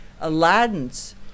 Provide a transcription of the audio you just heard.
aladdin's